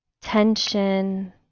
tension